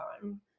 time